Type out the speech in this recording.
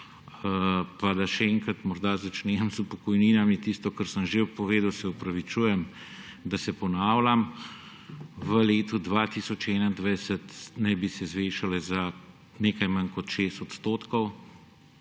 Pa še enkrat morda začnem s pokojninami, tistim, kar sem že povedal, se opravičujem, da se ponavljam. V letu 2021 naj bi se zvišale za nekaj manj kot 6 %.